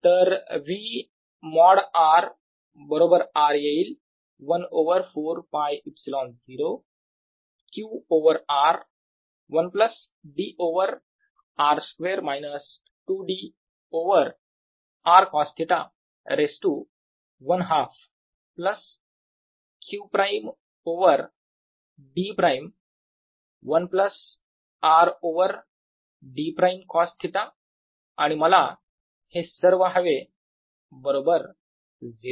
तर V mod r बरोबर R येईल 1 over 4 π ε0 q over r 1 d over r2 2d over r cosθ raise to 1 half q′ over d ′ 1 R over d′2 2 R over d ′ cosθ आणि मला हे सर्व हवे बरोबर 0